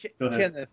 Kenneth